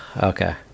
okay